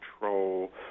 control